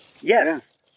Yes